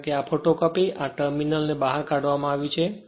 કારણ કે આ ફોટોકોપી અને આ ટર્મિનલ બહાર કાઢવામાં આવ્યું છે